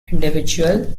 individual